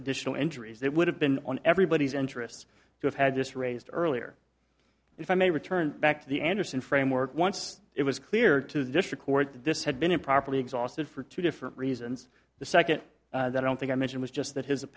additional injuries that would have been on everybody's interests to have had just raised earlier if i may return back to the andersen framework once it was clear to the district court that this had been improperly exhausted for two different reasons the second that i don't think i mentioned was just that his